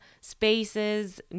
spaces